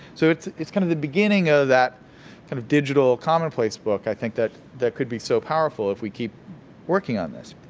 so it's it's kind of the beginning of that kind of digital commonplace book i think that that could be so powerful if we keep working on this.